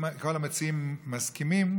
אם כל המציעים מסכימים,